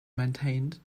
maintained